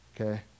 Okay